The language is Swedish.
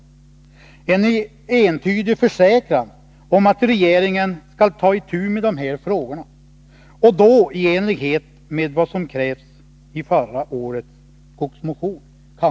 Kanske kan jag nu få en entydig försäkran om att regeringen skall ta itu med de här frågorna, och då i enlighet med vad som krävts i förra årets skogsmotion.